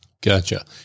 Gotcha